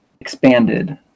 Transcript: expanded